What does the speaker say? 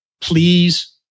Please